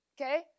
Okay